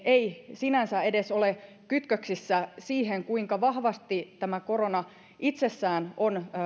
ei sinänsä edes ole kytköksissä siihen kuinka vahvasti korona itsessään on